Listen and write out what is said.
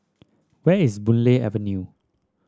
where is Boon Lay Avenue